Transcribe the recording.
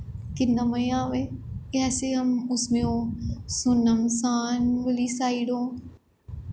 किन्ना मज़ा अवे जैसे हम उस में हों सुन्न मसान वाली साइड हों